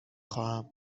خواهم